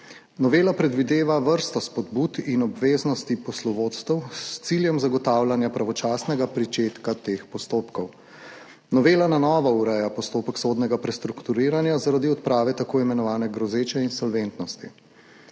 Novela predvideva vrsto spodbud in obveznosti poslovodstev s ciljem zagotavljanja pravočasnega pričetka teh postopkov. Novela na novo ureja postopek sodnega prestrukturiranja zaradi odprave tako imenovane grozeče insolventnosti.